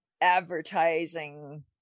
advertising